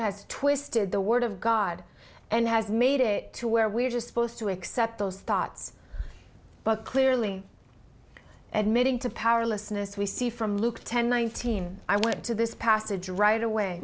as twisted the word of god and has made it to where we are just supposed to accept those thoughts but clearly admitting to powerlessness we see from luke ten nineteen i went to this passage right away